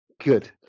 good